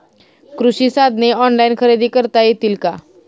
कृषी साधने ऑनलाइन खरेदी करता येतील का?